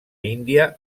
índia